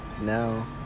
now